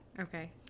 Okay